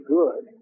good